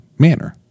manner